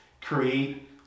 create